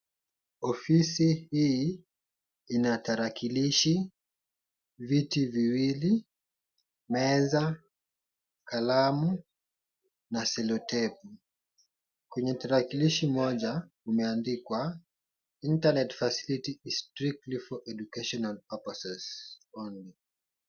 Ofisi hii, ina tarakilishi, viti viwili, meza, kalamu na selotepu, kwenye tarakilishi moja, umeandikwa Internet facility is strictly for educational purposes only .